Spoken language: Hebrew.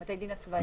בתי הדין הצבאיים.